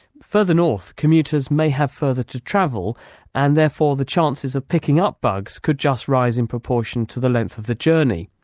further north, commuters may have further to travel and therefore the chances of picking up bugs could just rise in proportion to the length of the journey.